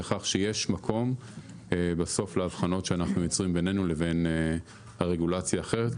לכך שיש מקום בסוף להבחנות שאנחנו יוצרים בינינו לבין הרגולציה האחרת.